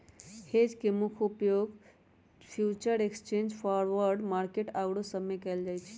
hedge के मुख्य उपयोग फ्यूचर एक्सचेंज, फॉरवर्ड मार्केट आउरो सब में कएल जाइ छइ